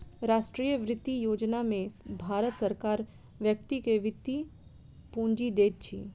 राष्ट्रीय वृति योजना में भारत सरकार व्यक्ति के वृति पूंजी दैत अछि